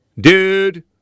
dude